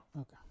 Okay